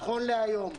נכון להיום,